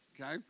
okay